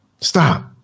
Stop